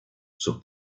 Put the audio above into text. sus